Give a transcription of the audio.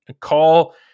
call